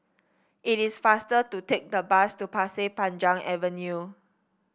it is faster to take the bus to Pasir Panjang Avenue